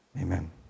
Amen